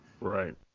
Right